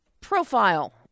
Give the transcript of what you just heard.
profile